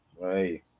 Right